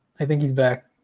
i think he's back.